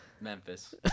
Memphis